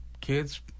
kids